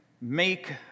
make